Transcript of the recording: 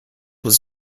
was